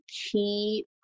key